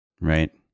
Right